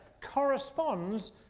corresponds